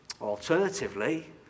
Alternatively